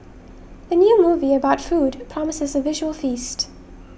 the new movie about food promises a visual feast